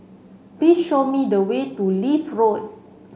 please show me the way to Leith Road